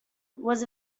was